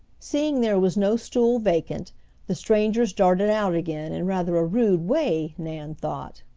seeing there was no stool vacant the strangers darted out again in rather a rude way, nan thought.